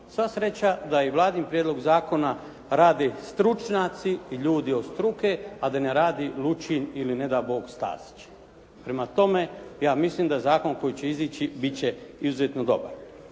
sva sreća da i Vladin prijedlog zakona rade stručnjaci i ljudi od struke a da ne radi Lučin ili ne dao Bog Stazić. Prema tome, ja mislim da zakon koji će izići bit će izuzetno dobar.